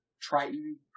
triton